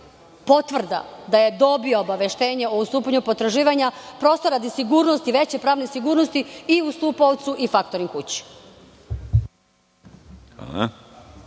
potvrda da je dobio obaveštenje o ustupanju potraživanja radi veće pravne sigurnosti i ustupaocu i faktoring kući.